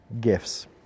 gifts